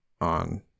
on